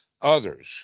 others